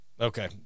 Okay